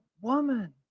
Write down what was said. woman